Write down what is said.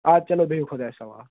اَدٕ چلو بِہو خۄدایَس حوال